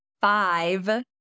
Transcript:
five